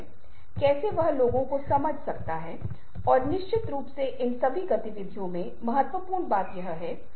लेकिन एक कंधे उचका ने की क्रिया श्रग shrug मैं इस तरह के श्रग को नहीं जानता